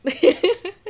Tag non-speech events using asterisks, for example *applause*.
*laughs*